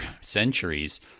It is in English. centuries